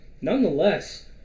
Nonetheless